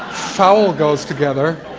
fowl goes together,